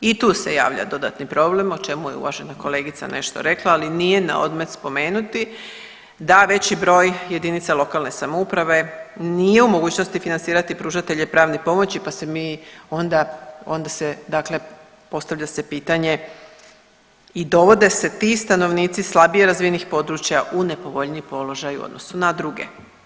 I tu se javlja dodatni problem, o čemu je uvažena kolegica nešto rekla, ali nije na odmet spomenuti da veći broj JLS nije u mogućnosti financirati pružatelje pravne pomoći, pa se mi onda, onda se dakle, postavlja se pitanje i dovode se ti stanovnici slabije razvijenih područja u nepovoljniji položaj u odnosu na druge.